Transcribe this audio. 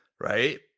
right